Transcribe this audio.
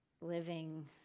living